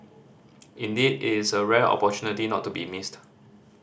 indeed it is a rare opportunity not to be missed